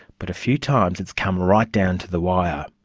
but a few times it's come right down to the wire.